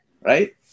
right